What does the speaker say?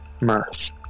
mirth